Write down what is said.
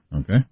Okay